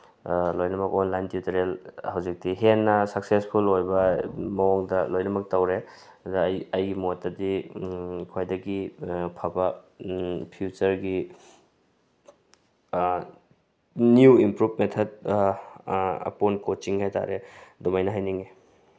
ꯂꯣꯏꯅꯃꯛ online tutorial ꯍꯧꯖꯤꯛꯇꯤ ꯍꯦꯟꯅ ꯁꯛꯁꯦꯁꯐꯨꯜ ꯑꯣꯏꯕ ꯃꯑꯣꯡꯗ ꯂꯣꯏꯅꯃꯛ ꯇꯧꯔꯦ ꯑꯗꯨꯅ ꯑꯩꯒꯤ ꯃꯣꯠꯇꯗꯤ ꯈ꯭ꯋꯥꯏꯗꯒꯤ ꯐꯕ ꯐ꯭ꯌꯨꯆꯔꯒꯤ ꯅ꯭ꯌꯨ ꯏꯝꯄ꯭ꯔꯨꯞ ꯃꯦꯊꯠ ꯑꯄꯣꯟ ꯀꯣꯆꯤꯡ ꯍꯥꯏ ꯇꯥꯔꯦ ꯑꯗꯨꯃꯥꯏꯅ ꯍꯥꯏꯅꯤꯡꯉꯤ